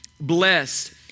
blessed